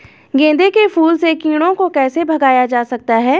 गेंदे के फूल से कीड़ों को कैसे भगाया जा सकता है?